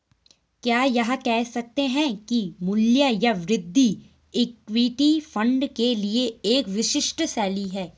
क्या यह कह सकते हैं कि मूल्य या वृद्धि इक्विटी फंड के लिए एक विशिष्ट शैली है?